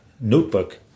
notebook